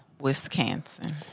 Wisconsin